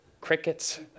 Crickets